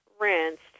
rinsed